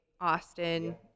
austin